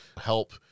help